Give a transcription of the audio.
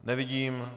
Nevidím.